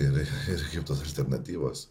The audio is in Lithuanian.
ir ir kitos alternatyvos